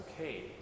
okay